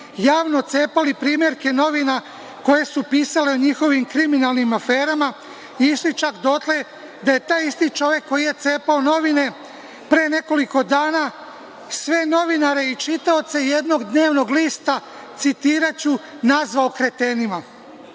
javno cepali primerke novina koje su pisale o njihovim kriminalnim aferama i išli čak dotle da je taj isti čovek koji je cepao novine pre nekoliko dana sve novinare i čitaoce jednog dnevnog lista, citiraću, nazvao „kretenima“.Kada